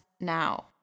now